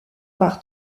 par